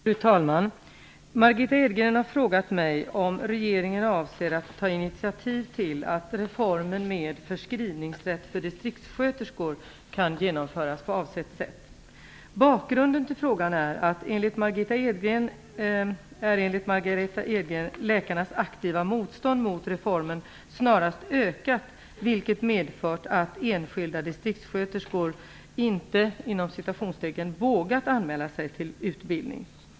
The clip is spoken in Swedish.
Fru talman! Margitta Edgren har frågat mig om regeringen avser att ta initiativ till att reformen med förskrivningsrätt för distriktssköterskor kan genomföras på avsett sätt. Bakgrunden till frågan är att läkarnas aktiva motstånd mot reformen, enligt Margitta Edgren, snarast ökat, vilket medfört att enskilda distriktssköterskor inte "vågat" anmäla sig till utbildning.